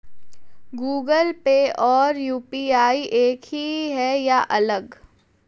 Google pay और UPI एक ही है या अलग?